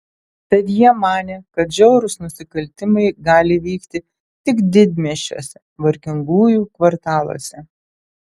tad jie manė kad žiaurūs nusikaltimai gali vykti tik didmiesčiuose vargingųjų kvartaluose